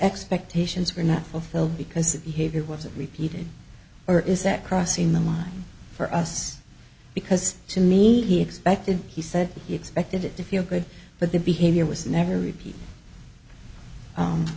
expectations were not fulfilled because it behavior was repeated or is that crossing the line for us because to me he expected he said he expected it to feel good but the behavior was never repeat